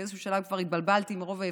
באיזשהו שלב כבר התבלבלתי מרוב עייפות,